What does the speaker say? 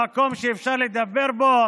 המקום שאפשר לדבר בו